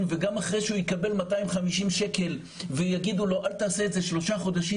וגם אחרי שהוא יקבל 250 שקל ויגידו לו: אל תעשה את זה שלושה חודשים,